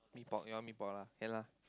mee-pok you want mee-pok or not ya lah